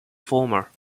former